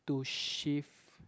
to shift